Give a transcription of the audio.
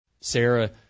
Sarah